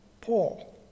Paul